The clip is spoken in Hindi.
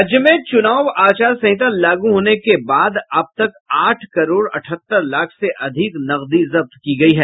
राज्य में चुनाव आचार संहिता लागू होने के बाद अब तक आठ करोड़ अठहत्तर लाख से अधिक नकदी जब्त की गयी है